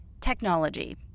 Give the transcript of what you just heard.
technology